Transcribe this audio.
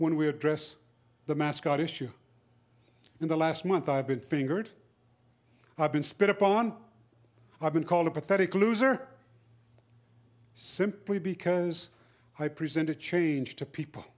we're dress the mascot issue in the last month i've been fingered i've been spit upon i've been called a pathetic loser simply because i presented change to people